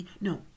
No